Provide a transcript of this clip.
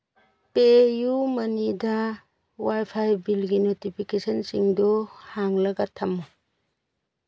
ꯄꯦ ꯌꯨ ꯃꯅꯤꯗ ꯋꯥꯏꯐꯥꯏ ꯕꯤꯜꯒꯤ ꯅꯣꯇꯤꯐꯤꯀꯦꯁꯟꯁꯤꯡꯗꯨ ꯍꯥꯡꯂꯒ ꯊꯝꯃꯨ